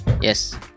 Yes